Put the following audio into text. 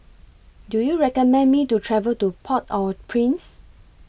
Do YOU recommend Me to travel to Port Au Prince